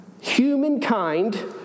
humankind